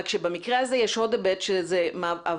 רק שבמקרה הזה יש עוד היבט שזה עבירה